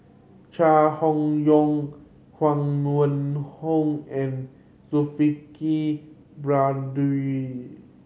Chai Hon Yoong Huang Wenhong and Zulkifli Baharudin